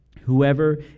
Whoever